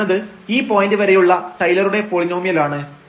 ഇത് എന്നത് ഈ പോയന്റ് വരെയുള്ള ടൈലറുടെ പോളിനോമിയൽ ആണ്